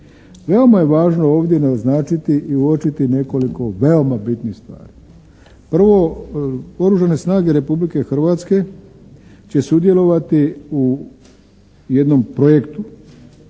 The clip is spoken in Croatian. Veoma je važno ovdje naznačiti i uočiti nekoliko veoma bitnih stvari. Prvo. Oružane snage Republike Hrvatske će sudjelovati u jednom projektu